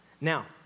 Now